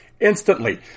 instantly